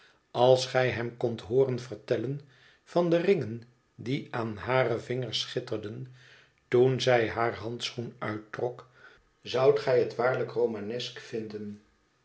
als gij hem kondt hooren vertellen van de ringen die aan hare vingers schitterden toen zij haar handschoen uittrok zoudt gij het waarlijk romanesk vinden